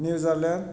New Zealand